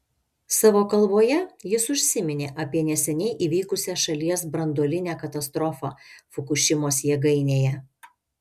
savo kalboje jis užsiminė apie neseniai įvykusią šalies branduolinę katastrofą fukušimos jėgainėje